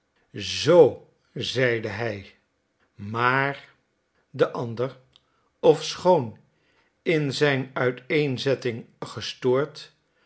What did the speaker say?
zoo zeide hij maar de ander ofschoon in zijn uiteenzetting gestoord